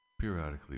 periodically